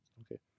okay